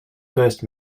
first